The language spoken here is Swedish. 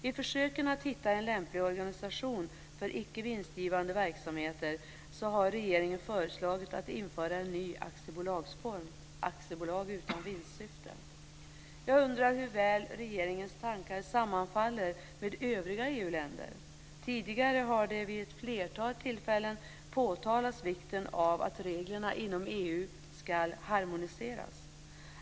I försöken att hitta en lämplig organisation för icke vinstgivande verksamheter har regeringen föreslagit att en ny aktiebolagsform ska införas, nämligen aktiebolag utan vinstsyfte. Jag undrar hur väl regeringens tankar sammanfaller med övriga EU-länders. Tidigare har det vid ett flertal tillfällen påtalats vikten av att reglerna inom EU ska harmoniseras.